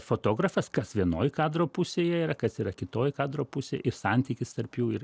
fotografas kas vienoj kadro pusėje yra kas yra kitoj kadro pusėj ir santykis tarp jų ir